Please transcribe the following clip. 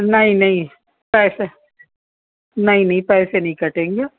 نہیں نہیں پیسے نہیں نہیں پیسے نہیں کٹیں گے